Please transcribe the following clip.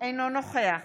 אינו נוכח